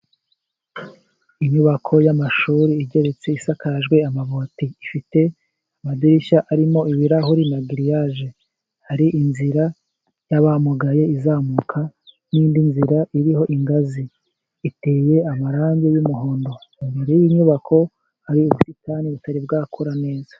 Inyubako y'amashuri igeretse, isakajwe amabati, ifite amadirishya arimo ibirahuri na giriyage, hari inzira y'abamugaye izamuka, n'indi nzira iriho ingazi. Iteye amarangi y'umuhondo. Imbere y'inyubako hari ubusitani butari bwakura neza.